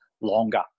longer